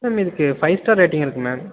ma'am இதுக்கு five star rating இருக்கு ma'am